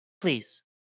please